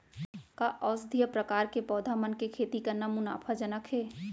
का औषधीय प्रकार के पौधा मन के खेती करना मुनाफाजनक हे?